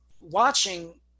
watching